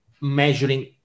measuring